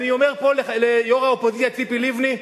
אני אומר פה ליושבת-ראש האופוזיציה ציפי לבני: